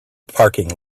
parking